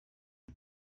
det